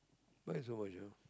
why so much ah